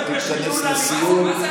אתה תתכנס לסיום.